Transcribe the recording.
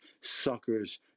suckers